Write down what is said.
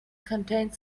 contained